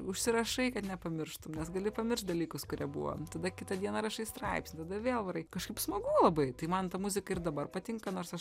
užsirašai kad nepamirštum nes gali pamiršt dalykus kurie buvo tada kitą dieną rašai straipsnį tada vėl varai kažkaip smagu labai tai man ta muzika ir dabar patinka nors aš